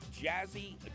Jazzy